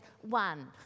one